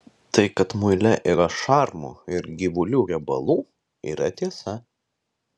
tai kad muile yra šarmų ir gyvulių riebalų yra tiesa